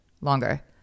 longer